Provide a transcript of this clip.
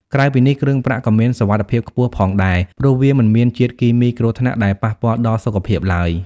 ក្រៅពីនេះ គ្រឿងប្រាក់ក៏មានសុវត្ថិភាពខ្ពស់ផងដែរ ព្រោះវា មិនមានជាតិគីមីគ្រោះថ្នាក់ ដែលប៉ះពាល់ដល់សុខភាពឡើយ។